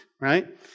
right